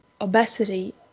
obesity